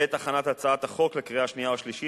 בעת הכנת הצעת החוק לקריאה שנייה ולקריאה שלישית